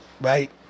right